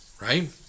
right